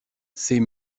ses